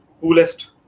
coolest